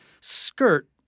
skirt